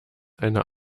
eine